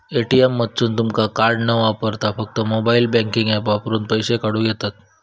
ATM मधसून तुमका card न वापरता फक्त मोबाईल बँकिंग ऍप वापरून पैसे काढूक येतंत